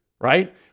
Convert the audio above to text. right